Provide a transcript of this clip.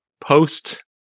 post